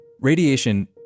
Radiation